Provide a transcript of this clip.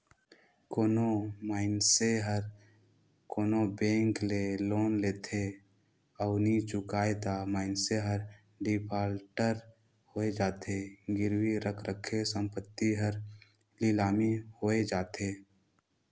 कोनो मइनसे हर कोनो बेंक ले लोन लेथे अउ नी चुकाय ता मइनसे हर डिफाल्टर होए जाथे, गिरवी रराखे संपत्ति हर लिलामी होए जाथे